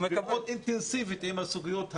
מאוד אינטנסיבית עם הסוגיות הללו,